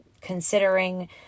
considering